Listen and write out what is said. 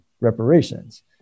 reparations